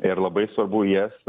ir labai svarbu jas